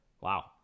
Wow